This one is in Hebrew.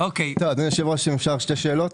אדוני היושב-ראש, אם אפשר שתי שאלות.